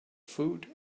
food